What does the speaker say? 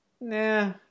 Nah